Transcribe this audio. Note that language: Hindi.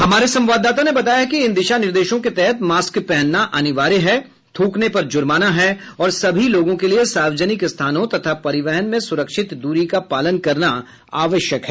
हमारे संवाददाता ने बताया है कि इन दिशा निर्देशों के तहत मास्क पहनना अनिवार्य है थ्रकने पर जुर्माना है और सभी लोगों के लिये सार्वजनिक स्थानों तथा परिवहन में सुरक्षित दूरी का पालन करना आवश्यक है